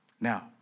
Now